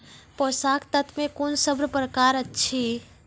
पोसक तत्व मे कून सब प्रकार अछि?